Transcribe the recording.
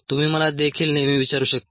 तुम्ही मला देखील नेहमी विचारू शकता